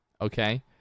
okay